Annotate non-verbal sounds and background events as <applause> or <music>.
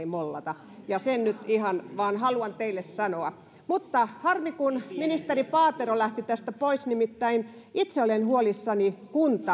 <unintelligible> mollata niin sen nyt ihan vain haluan teille sanoa harmi kun ministeri paatero lähti tästä pois nimittäin itse olen huolissani